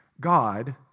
God